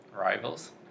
Rivals